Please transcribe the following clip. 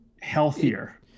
healthier